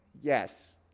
Yes